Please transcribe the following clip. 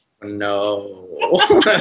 No